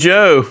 Joe